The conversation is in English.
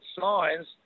signs